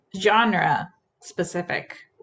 genre-specific